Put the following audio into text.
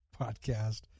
Podcast